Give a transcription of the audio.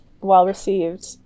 well-received